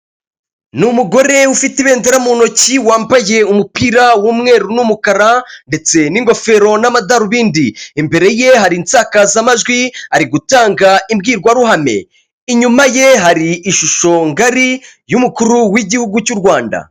Ni umugore ufite ibendera mu ntoki wambaye umupira w'umweru n'umukara ndetse n'ingofero n'amadarubindi, imbere ye hari insakazamajwi ari gutanga imbwirwaruhame, inyuma ye hari ishusho ngari y'umukuru w'igihugu cyu Rwanda.